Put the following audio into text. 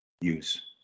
use